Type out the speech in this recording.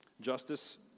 justice